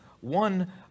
one